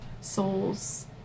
souls